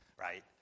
right